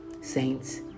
Saints